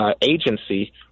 agency